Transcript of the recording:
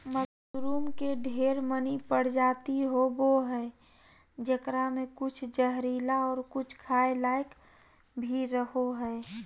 mushroom के ढेर मनी प्रजाति होवो हय जेकरा मे कुछ जहरीला और कुछ खाय लायक भी रहो हय